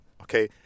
Okay